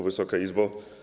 Wysoka Izbo!